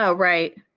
ah right,